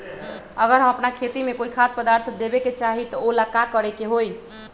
अगर हम अपना खेती में कोइ खाद्य पदार्थ देबे के चाही त वो ला का करे के होई?